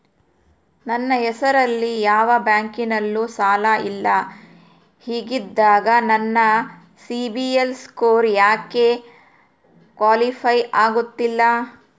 ನನ್ನ ಹೆಸರಲ್ಲಿ ಯಾವ ಬ್ಯಾಂಕಿನಲ್ಲೂ ಸಾಲ ಇಲ್ಲ ಹಿಂಗಿದ್ದಾಗ ನನ್ನ ಸಿಬಿಲ್ ಸ್ಕೋರ್ ಯಾಕೆ ಕ್ವಾಲಿಫೈ ಆಗುತ್ತಿಲ್ಲ?